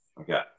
Okay